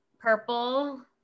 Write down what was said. purple